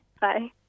Bye